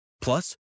Plus